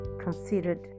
considered